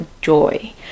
joy